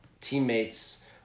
teammates